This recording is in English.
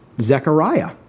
Zechariah